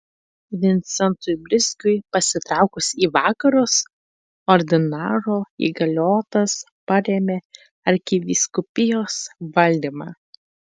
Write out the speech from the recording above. vincentui brizgiui pasitraukus į vakarus ordinaro įgaliotas perėmė arkivyskupijos valdymą